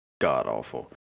god-awful